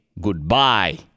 goodbye